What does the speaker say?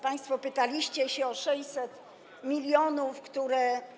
Państwo pytaliście o 600 mln, które.